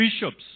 bishops